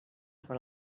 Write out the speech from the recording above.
per